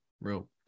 Real